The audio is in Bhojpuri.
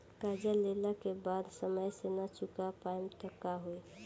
कर्जा लेला के बाद समय से ना चुका पाएम त का होई?